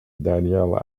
daniel